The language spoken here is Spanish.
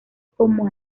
como